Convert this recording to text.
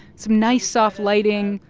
some nice soft lighting.